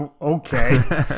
okay